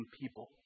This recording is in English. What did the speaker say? people